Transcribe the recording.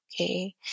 okay